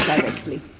directly